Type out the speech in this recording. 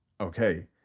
Okay